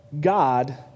God